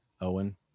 owen